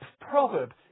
proverb